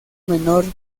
menor